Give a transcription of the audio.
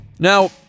Now